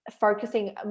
focusing